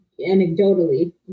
anecdotally